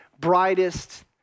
brightest